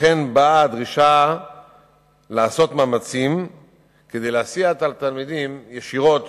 לכן באה הדרישה לעשות מאמצים כדי להסיע את התלמידים ישירות